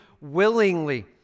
willingly